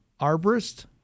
arborist